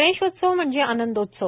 गणेशोत्सव म्हणजे आनंदोत्सव